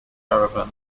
caravan